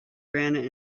granted